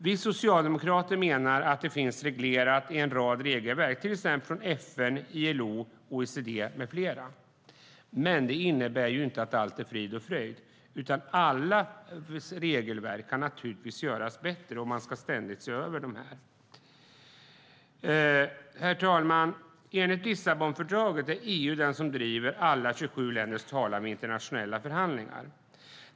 Vi socialdemokrater menar att det finns reglerat i en rad regelverk, bland annat hos FN, ILO och OECD. Det innebär dock inte att allt är frid och fröjd, utan alla regelverk kan naturligtvis göras bättre. De ska därför ständigt ses över. Herr talman! Enligt Lissabonfördraget ska EU driva alla 27 länders talan vid internationella förhandlingar.